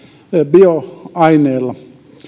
bioaineella